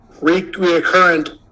recurrent